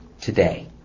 today